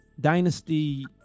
Dynasty